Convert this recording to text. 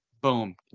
Boom